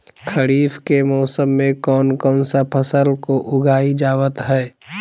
खरीफ के मौसम में कौन कौन सा फसल को उगाई जावत हैं?